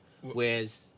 Whereas